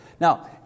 Now